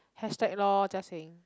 hashtag lor just saying